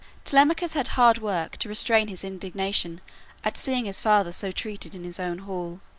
telemachus had hard work to restrain his indignation at seeing his father so treated in his own hall,